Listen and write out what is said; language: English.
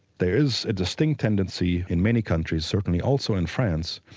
there is a distinct tendency in many countries, certainly also in france,